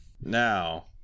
Now